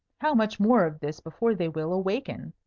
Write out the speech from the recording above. how much more of this before they will awaken?